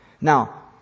Now